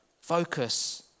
Focus